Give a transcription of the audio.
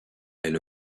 elle